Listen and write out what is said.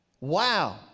Wow